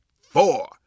four